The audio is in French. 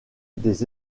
des